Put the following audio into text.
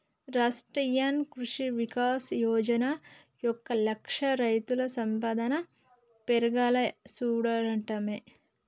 రాష్ట్రీయ కృషి వికాస్ యోజన యొక్క లక్ష్యం రైతుల సంపాదన పెర్గేలా సూడటమే